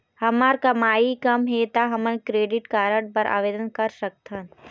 हमर कमाई कम हे ता हमन क्रेडिट कारड बर आवेदन कर सकथन?